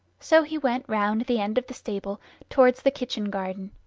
so he went round the end of the stable towards the kitchen-garden.